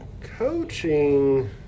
coaching